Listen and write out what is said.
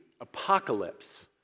apocalypse